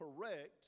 correct